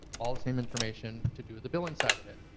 all the same information to do the billing side of it,